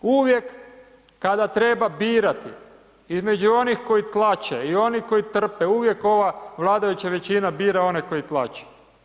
Uvijek kada treba birati između onih koji tlače i onih koji trpe, uvijek ova vladajuća većina bira one koji tlače.